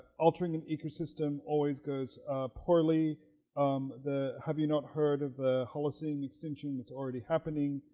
altering an ecosystem always goes poorly um the have you not heard of the holocene extinction that's already happening.